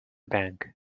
bank